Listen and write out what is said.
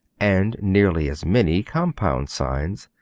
and nearly as many compound signs,